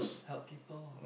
help people